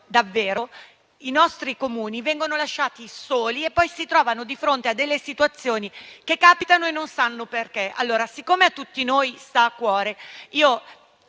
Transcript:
Spesso, i nostri Comuni vengono lasciati soli e poi si trovano di fronte a situazioni che capitano e non sanno perché. Siccome a tutti noi sta a cuore la